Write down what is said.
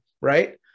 right